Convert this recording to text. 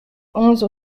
onze